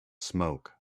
smoke